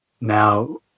Now